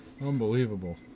Unbelievable